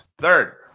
Third